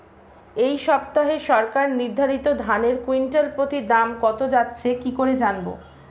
এই সপ্তাহে সরকার নির্ধারিত ধানের কুইন্টাল প্রতি দাম কত যাচ্ছে কি করে জানবো?